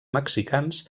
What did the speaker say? mexicans